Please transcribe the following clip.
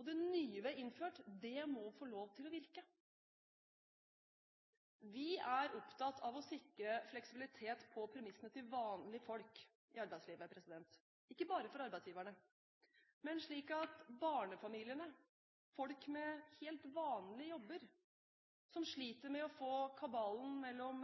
og det nye vi har innført, må få lov til å virke. Vi er opptatt av å sikre fleksibilitet med tanke på premissene til vanlige folk i arbeidslivet, ikke bare for arbeidsgiverne, men slik at barnefamiliene, folk med helt vanlige jobber, som sliter med å få kabalen mellom